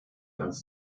ganz